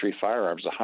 firearms